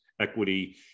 equity